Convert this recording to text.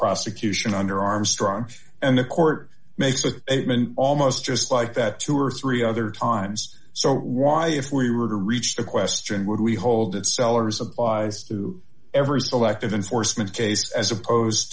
prosecution under armstrong and the court makes a statement almost just like that two or three other times so why if we were to reach the question would we hold a seller's applies to every selective enforcement case as opposed